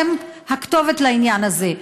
אתם הכתובת לעניין הזה.